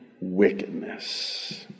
wickedness